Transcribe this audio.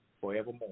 forevermore